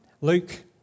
Luke